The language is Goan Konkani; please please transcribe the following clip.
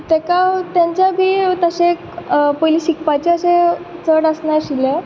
तेका तेंचो बी तशें पयलीं शिकपाचें अशें चड आसनाशिल्लें